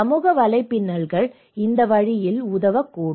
சமூக வலைப்பின்னல்கள் இந்த வழியில் உதவக்கூடும்